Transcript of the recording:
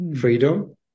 Freedom